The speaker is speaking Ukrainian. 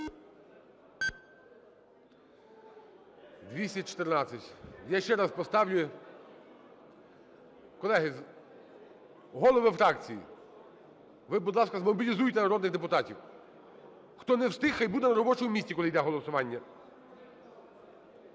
За-214 Я ще раз поставлю. Колеги, голови фракцій, ви, будь ласка, змобілізуйте народних депутатів. Хто не встиг, хай буде на робочому місці, коли йде голосування.